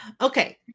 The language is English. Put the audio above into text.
okay